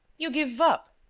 you give up!